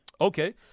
Okay